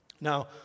Now